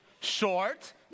Short